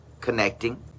connecting